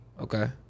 okay